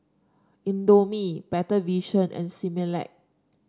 Indomie Better Vision and Similac